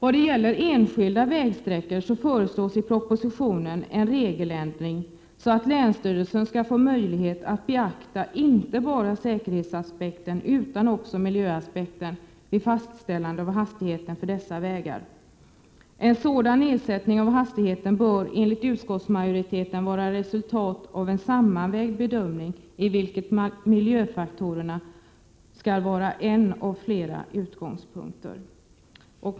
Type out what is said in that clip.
I propositionen föreslås en regeländring så till vida att länsstyrelsen skall få möjlighet att beakta inte bara säkerhetsaspekten utan också miljöaspekten vid fastställande av tillåten hastighet på enskilda vägsträckor. En nedsättning av tillåten hastighet bör enligt utskottsmajoriteten vara resultat av en sammanvägd bedömning i vilken miljöfaktorerna skall vara en av flera utgångspunkter.